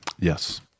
Yes